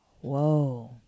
Whoa